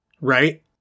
right